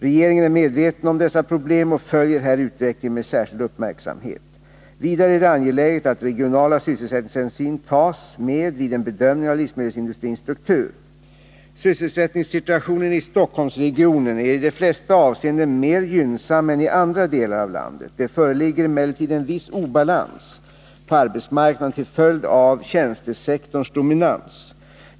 Regeringen är medveten om dessa problem och följer här utvecklingen med särskild uppmärksamhet. Vidare är det angeläget att regionala sysselsättningshänsyn tas med vid en bedömning av livsmedelsindustrins struktur. Sysselsättningssituationen i Stockholmsregionen är i de flesta avseenden mer gynnsam än i andra delar av landet. Det föreligger emellertid en viss obalans på arbetsmarknaden till följd av tjänstesektorns dominans.